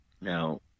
Now